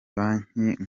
banki